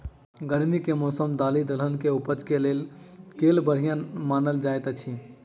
गर्मी केँ मौसम दालि दलहन केँ उपज केँ लेल केल बढ़िया मानल जाइत अछि?